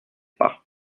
pas